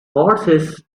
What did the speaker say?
horses